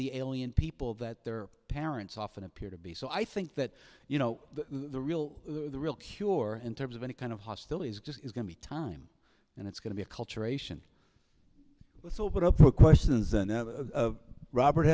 the alien people that their parents often appear to be so i think that you know the real the real cure in terms of any kind of hostilities just is going to be time and it's going to be acculturation with open up the questions and robert